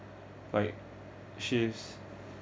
like shifts